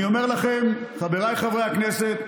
אני אומר לכם, חבריי חברי הכנסת,